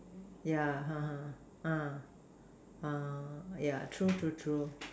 yeah uh uh yeah true true true